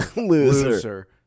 loser